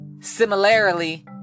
similarly